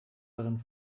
darin